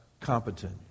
competent